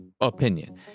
opinion